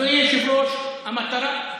פשוט יש איכות חיים טובה יותר,